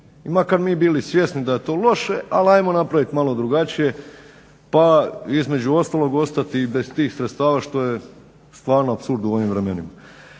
makar mi bili svjesni da je to loše, ali ajmo napraviti malo drugačije pa između ostalog ostati i bez tih sredstava što je stvarno apsurd u ovim vremenima.